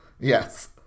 Yes